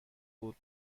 بود